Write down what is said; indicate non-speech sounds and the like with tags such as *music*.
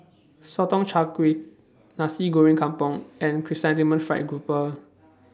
*noise* Sotong Char Kway Nasi Goreng Kampung and Chrysanthemum Fried Garoupa